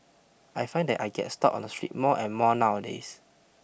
I find that I get stopped on the street more and more nowadays